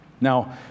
Now